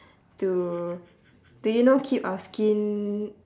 to to you know keep our skin